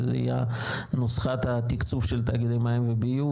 שזה יהיה נוסחת התקצוב של תאגידי מים וביוב